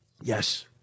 Yes